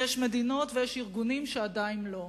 ויש מדינות ויש ארגונים שעדיין לא,